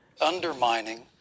Undermining